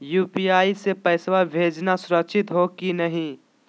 UPI स पैसवा भेजना सुरक्षित हो की नाहीं?